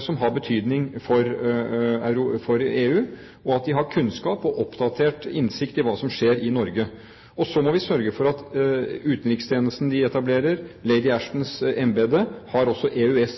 som har betydning for EU – og at de har kunnskap om og oppdatert innsikt i hva som skjer i Norge. Så må vi sørge for at utenrikstjenesten de etablerer, Lady Ashtons embete, også får EØS